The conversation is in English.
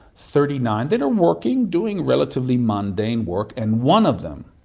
thirty nine, that are working, doing relatively mundane work, and one of them,